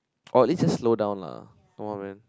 or at least just slow down lah come on man